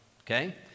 okay